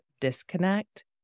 disconnect